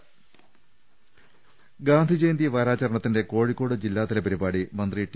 രദേഷ്ടെടു ഗാന്ധിജയന്തി വാരാചരണത്തിന്റെ കോഴിക്കോട് ജില്ലാതല പരിപാടി മന്ത്രി ടി